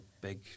big